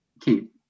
keep